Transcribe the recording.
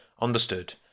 understood